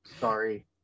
Sorry